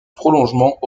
prolongement